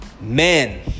men